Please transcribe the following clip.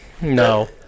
No